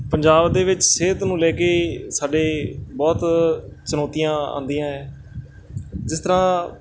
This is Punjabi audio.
ਪੰਜਾਬ ਦੇ ਵਿੱਚ ਸਿਹਤ ਨੂੰ ਲੈ ਕੇ ਸਾਡੇ ਬਹੁਤ ਚੁਣੌਤੀਆਂ ਆਉਂਦੀਆਂ ਹੈ ਜਿਸ ਤਰ੍ਹਾਂ